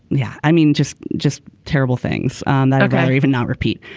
yeah i mean just just terrible things and that are even not repeat.